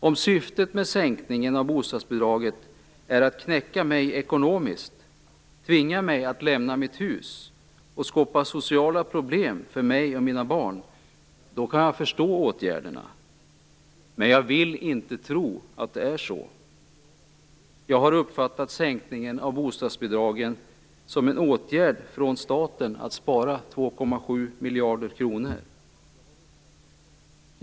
Om syftet med sänkningen av bostadsbidraget är att knäcka mig ekonomiskt, tvinga mig att lämna mitt hus och skapa sociala problem för mig och mina barn, då kan jag förstå åtgärderna. Men jag vill inte tro att det är så. Jag har uppfattat sänkningen av bostadsbidragen som en åtgärd från staten att spara 2,7 miljarder kronor.